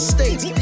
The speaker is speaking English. States